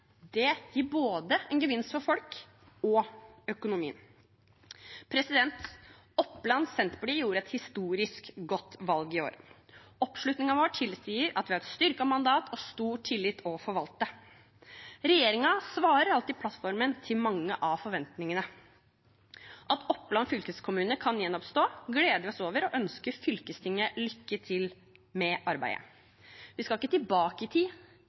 Det gir både en gevinst for folk og for økonomien. Oppland Senterparti gjorde et historisk godt valg i år. Oppslutningen vår tilsier at vi har et styrket mandat og stor tillit å forvalte. Regjeringen svarer alt i plattformen på mange av forventningene. At Oppland fylkeskommune kan gjenoppstå, gleder vi oss over og ønsker fylkestinget lykke til med arbeidet. Vi skal ikke tilbake i tid.